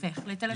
להפך.